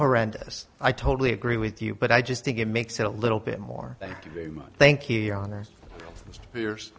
horrendous i totally agree with you but i just think it makes it a little bit more thank you very much thank you your hon